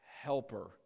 Helper